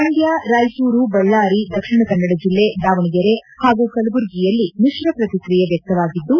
ಮಂಡ್ಕ ರಾಯಚೂರು ಬಳ್ಲಾರಿ ದಕ್ಷಿಣ ಕನ್ನಡ ಜಿಲ್ಲೆ ದಾವಣಗೆರೆ ಹಾಗೂ ಕಲಬುರಗಿಯಲ್ಲಿ ಮಿಶ್ರ ಪ್ರತಿಕ್ರಿಯೆ ವ್ಯಕ್ತವಾಗಿದ್ದು